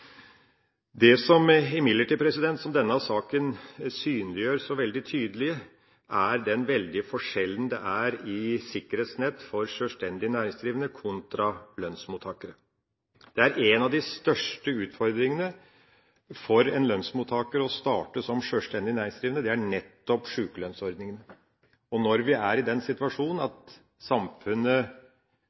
Det som denne saken imidlertid synliggjør så veldig tydelig, er den veldige forskjellen det er i sikkerhetsnett for sjølstendig næringsdrivende kontra lønnsmottakere. En av de største utfordringene ved å starte som sjølstendig næringsdrivende for en lønnsmottaker er nettopp sjukelønnsordninga. Når vi er i den situasjonen at samfunnet